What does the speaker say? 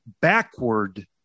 backward